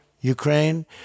Ukraine